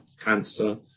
cancer